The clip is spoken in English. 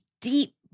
deep